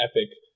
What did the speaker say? epic